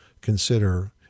consider